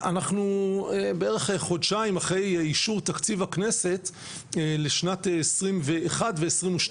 אנחנו בערך חודשיים אחרי אישור תקציב הכנסת לשנת 2021 ו-2022,